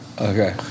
okay